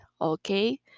okay